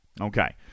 Okay